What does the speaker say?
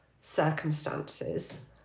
circumstances